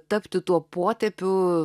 tapti tuo potėpiu